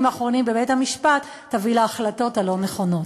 האחרונים בבית-המשפט תביא להחלטות הלא-נכונות.